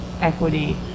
equity